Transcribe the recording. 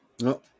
No